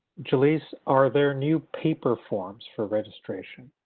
jalyce, are there new paper forms for registration?